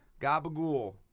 Gabagool